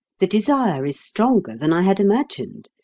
the desire is stronger than i had imagined,